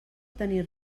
tenir